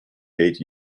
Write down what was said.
eight